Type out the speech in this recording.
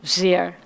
zeer